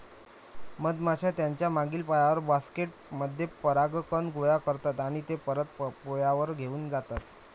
मधमाश्या त्यांच्या मागील पायांवर, बास्केट मध्ये परागकण गोळा करतात आणि ते परत पोळ्यावर घेऊन जातात